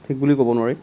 ঠিক বুলিও ক'ব নোৱাৰি